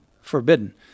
forbidden